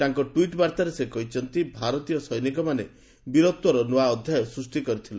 ତାଙ୍କ ଟ୍ୱିଟ୍ ବାର୍ତ୍ତାରେ କହିଛନ୍ତି ଭାରତୀୟ ସୈନିକମାନେ ବୀରତ୍ୱର ନୂଆ ଅଧ୍ୟାୟ ସୃଷ୍ଟି କରିଥିଲେ